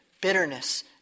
bitterness